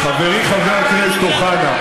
גם כשישראל, לא, חברי חבר הכנסת אוחנה,